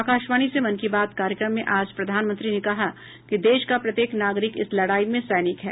आकाशवाणी से मन की बात कार्यक्रम में आज प्रधानमंत्री ने कहा कि देश का प्रत्येक नागरिक इस लड़ाई में सैनिक है